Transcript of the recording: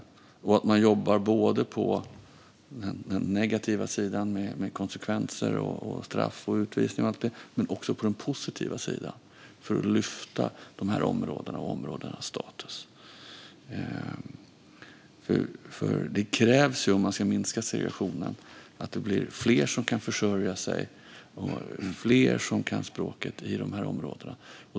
Och det är viktigt att man jobbar både på den negativa sidan, med konsekvenser, straff, utvisning och allt sådant, och på den positiva sidan för att lyfta upp dessa områden och deras status. Om man ska minska segregationen krävs att det blir fler som kan försörja sig och fler som kan språket i dessa områden.